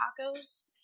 tacos